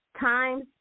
time